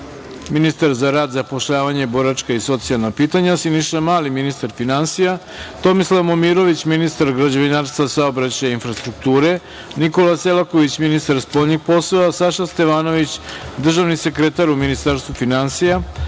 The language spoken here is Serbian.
ministar za rad, zapošljavanje, boračka i socijalna pitanja, Siniša Mali, ministar finansije, Tomislav Momirović, ministar građevinarstva, saobraćaja i infrastrukture, Nikola Selaković, ministar spoljnih poslova, Saša Stevanović, državni sekretar u Ministarstvu finansija,